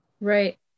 right